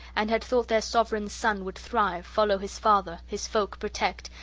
and had thought their sovran's son would thrive, follow his father, his folk protect,